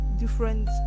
different